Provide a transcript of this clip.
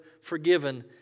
forgiven